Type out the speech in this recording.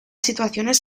situaciones